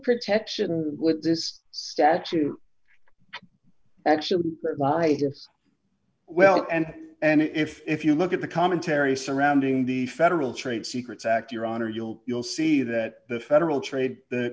protection with this statute actually why him well and and if you look at the commentary surrounding the federal trade secrets act your honor you'll you'll see that the federal trade